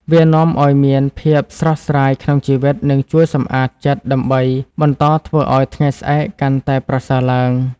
វានាំឲ្យមានភាពស្រស់ស្រាយក្នុងជីវិត និងជួយសំអាតចិត្តដើម្បីបន្តធ្វើអោយថ្ងៃស្អែកកាន់តែប្រសើរឡើង។